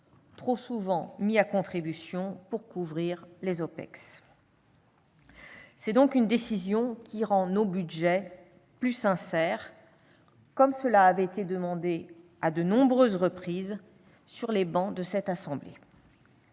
trop souvent mis à contribution pour couvrir les OPEX. Cette décision rend nos budgets plus sincères, comme cela avait été demandé à de nombreuses reprises sur les travées de cette assemblée.